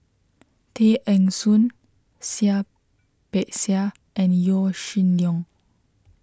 Tay Eng Soon Seah Peck Seah and Yaw Shin Leong